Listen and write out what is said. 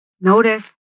notice